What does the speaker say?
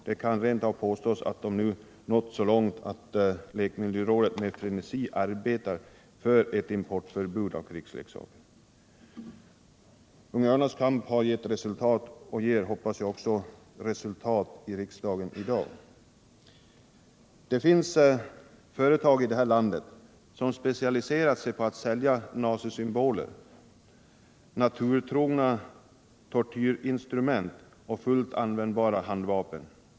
Det kan rentav påstås att det nu gått så långt att lekmiljörådet med frenesi arbetar för ett importförbud av krigsleksaker. Unga Örnars kamp har således gett resultat, och det ger — hoppas jag — också resultat i riksdagen i dag. Det finns företag i det här landet som specialiserat sig på att sälja nazisymboler, naturtrogna tortyrinstrument och fullt användbara handvapen.